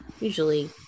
Usually